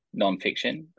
nonfiction